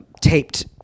taped